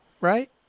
right